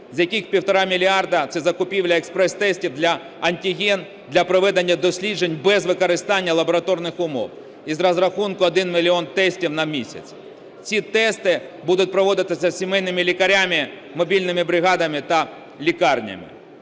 з яких 1,5 мільярди – це закупівля експрес-тестів для антиген для проведення досліджень без використання лабораторних умов із розрахунку один мільйон тестів на місяць. Ці тести будуть проводитися сімейними лікарями, мобільними бригадами та лікарнями.